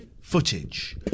footage